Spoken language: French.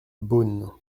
beaune